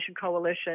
Coalition